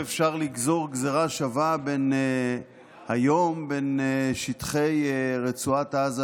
אי-אפשר לגזור גזרה שווה היום בין שטחי רצועת עזה,